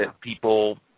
people –